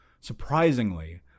Surprisingly